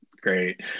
Great